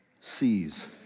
sees